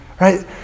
Right